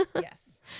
Yes